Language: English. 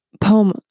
poem